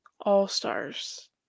all-stars